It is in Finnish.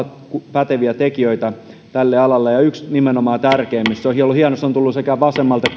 päteviä tekijöitä tälle alalle nimenomaan yksi tärkeimmistä se on tullut sekä vasemmalta